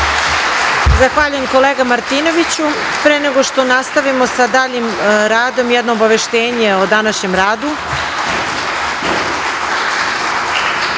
Zahvaljujem se, kolega Martinoviću. Pre nego što nastavimo sa daljim radom, jedno obaveštenje o današnjem